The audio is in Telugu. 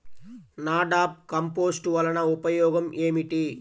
నాడాప్ కంపోస్ట్ వలన ఉపయోగం ఏమిటి?